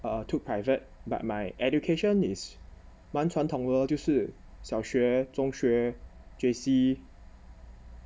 err took private but my education is 蛮传统的 lor 就是小学中学 J_C